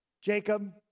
Jacob